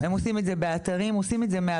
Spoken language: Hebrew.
הם עושים את זה באתרים, עושים את זה מהבית.